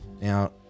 Now